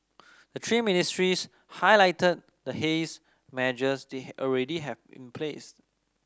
the three ministries highlighted the haze measures they already have in place